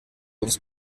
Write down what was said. uns